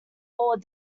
all